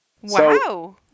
Wow